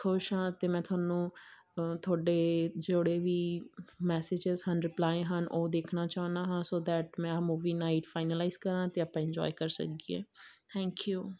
ਖੁਸ਼ ਹਾਂ ਅਤੇ ਮੈਂ ਤੁਹਾਨੂੰ ਤੁਹਾਡੇ ਜਿਹੜੇ ਵੀ ਮੈਸੇਜਿਸ ਹਨ ਰਿਪਲਾਏ ਹਨ ਉਹ ਦੇਖਣਾ ਚਾਹੁੰਦਾ ਹਾਂ ਸੋ ਦੈਟ ਮੈਂ ਆਹ ਮੂਵੀ ਨਾਈਟ ਫਾਈਨਲਾਈਜ਼ ਕਰਾਂ ਅਤੇ ਆਪਾਂ ਇੰਜੋਏ ਕਰ ਸਕੀਏ ਥੈਂਕ ਯੂ